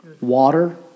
water